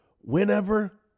whenever